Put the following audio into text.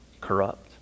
corrupt